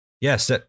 Yes